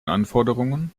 anforderungen